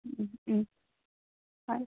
হয়